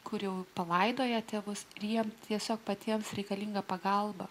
kuri palaidoja tėvus ir jiems tiesiog patiems reikalinga pagalba